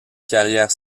carrière